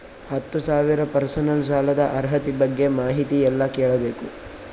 ಹತ್ತು ಸಾವಿರ ಪರ್ಸನಲ್ ಸಾಲದ ಅರ್ಹತಿ ಬಗ್ಗೆ ಮಾಹಿತಿ ಎಲ್ಲ ಕೇಳಬೇಕು?